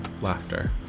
laughter